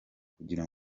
kugira